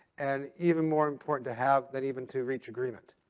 and even more important to have than even to reach agreement.